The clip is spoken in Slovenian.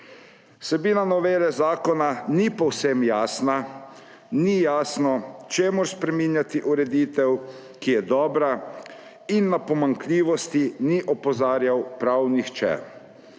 Vsebina novele zakona ni povsem jasna, ni jasno, čemu spreminjati ureditev, ki je dobra in na katere pomanjkljivosti ni opozarjal prav nihče.